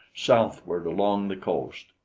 southward along the coast.